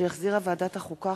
שהחזירה ועדת החוקה,